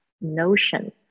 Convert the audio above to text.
notion